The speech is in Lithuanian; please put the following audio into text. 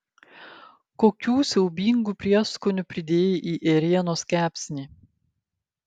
kokių siaubingų prieskonių pridėjai į ėrienos kepsnį